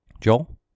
Joel